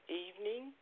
evening